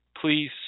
Please